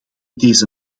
deze